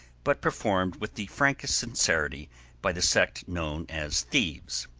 but performed with the frankest sincerity by the sect known as thieves.